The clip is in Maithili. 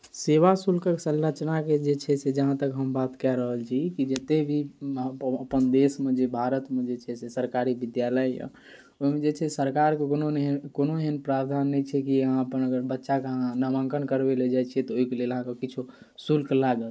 सेवा शुल्कके संरचना जे छै से जहाँ तक हम बात कऽ रहल छी कि जतेक भी अपन देशमे भारतमे जे छै से सरकारी विद्यालय अइ ओहिमे जे छै से सरकारके कोनो ने एहन कोनो एहन प्रावधान नहि छै जे अहाँ अपन अगर बच्चाके नामाङ्कन करबैलए जाइ छिए तऽ ओहिके अहाँके किछु शुल्क लागत